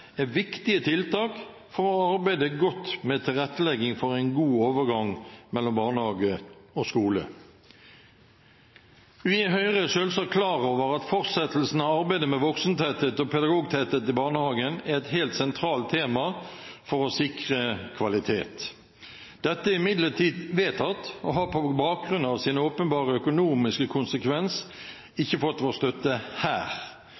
er viktige tiltak for å arbeide godt med tilrettelegging for en god overgang mellom barnehage og skole. Vi i Høyre er selvsagt klar over at fortsettelsen av arbeidet med voksentetthet og pedagogtetthet i barnehagen er et helt sentralt tema for å sikre kvalitet. Dette er imidlertid vedtatt og har på bakgrunn av sin åpenbare økonomiske konsekvens ikke fått vår støtte her.